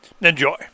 Enjoy